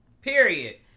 Period